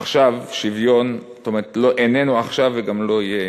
שוויון איננו עכשיו, וגם לא יהיה.